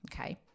Okay